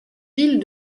villes